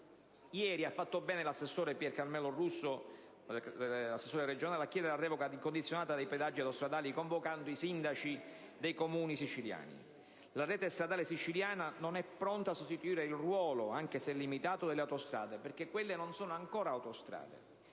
Ha fatto bene ieri l'assessore Russo a chiedere la revoca incondizionata dei pedaggi autostradali, convocando i sindaci dei Comuni siciliani. La rete stradale siciliana non è pronta a sostituire il ruolo, anche se limitato, delle autostrade, perché quelle non sono ancora autostrade: